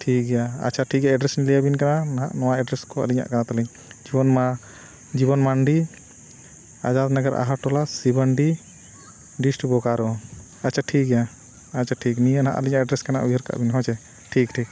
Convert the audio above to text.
ᱴᱷᱤᱠ ᱜᱮᱭᱟ ᱟᱪᱪᱷᱟ ᱴᱷᱤᱠ ᱜᱮᱭᱟ ᱮᱰᱨᱮᱥᱤᱧ ᱞᱟᱹᱭᱟᱵᱮᱱ ᱠᱟᱱᱟ ᱱᱟᱜ ᱱᱚᱣᱟ ᱮᱰᱨᱮᱥ ᱠᱚ ᱟᱹᱞᱤᱧᱟᱜ ᱠᱟᱱᱟ ᱛᱟᱹᱞᱤᱧ ᱡᱤᱵᱚᱱ ᱢᱟ ᱡᱤᱵᱚᱱ ᱢᱟᱱᱰᱤ ᱟᱡᱟᱫᱽᱱᱚᱜᱚᱨ ᱟᱦᱟᱨᱴᱚᱞᱟ ᱥᱤᱵᱚᱱᱰᱤ ᱰᱤᱥᱴ ᱵᱳᱠᱟᱨᱳ ᱟᱪᱪᱷᱟ ᱴᱷᱤᱠ ᱜᱮᱭᱟ ᱟᱪᱪᱷᱟ ᱴᱷᱤᱠ ᱱᱤᱭᱟᱹ ᱱᱟᱜ ᱟᱹᱞᱤᱧᱟᱜ ᱮᱰᱨᱮᱥ ᱠᱟᱱᱟ ᱩᱭᱦᱟᱹᱨ ᱠᱟᱜ ᱵᱤᱱ ᱦᱳᱭ ᱥᱮ ᱴᱷᱤᱠ ᱴᱷᱤᱠ